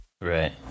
right